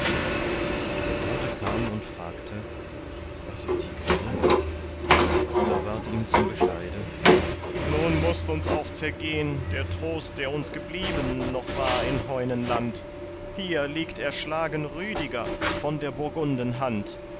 der bote kam und fragte was ist hier geschehn da ward ihm zum bescheide nun mußt uns auch zergehn der trost der uns geblieben noch war in heunenland hier liegt erschlagen rüdiger von der burgunden hand